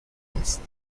است